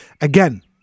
Again